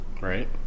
Right